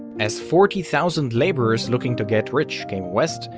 as forty thousand laborers looking to get rich came west,